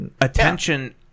attention